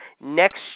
next